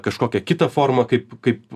kažkokią kitą formą kaip kaip